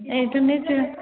ଏଇଟା ନୁହେଁ ସେ